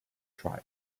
tribes